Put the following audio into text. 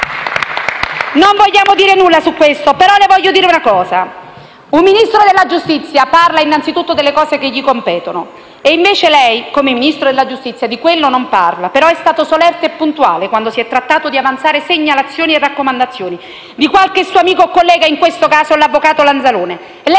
Non vogliamo dire nulla su questo, però le voglio dire una cosa: un Ministro della giustizia parla innanzitutto delle cose che gli competono e, invece, lei, come Ministro della giustizia, di quello non parla. Però è stato solerte e puntuale quando si è trattato di avanzare segnalazioni e raccomandazioni di qualche suo amico collega, in questo caso l'avvocato Lanzalone.